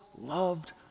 loved